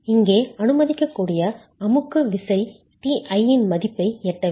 இங்கே அனுமதிக்கக்கூடிய அமுக்க விசை Ti இன் மதிப்பை எட்டவில்லை